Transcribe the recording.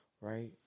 Right